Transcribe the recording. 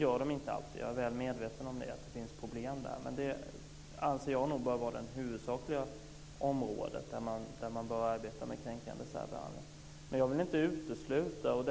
Jag är väl medveten om att de inte alltid gör det och att det finns problem. Jag anser att lagen bör vara det huvudsakliga området där man ska arbeta med frågor om kränkande särbehandling.